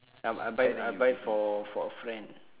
yup I buy I buy for for a friend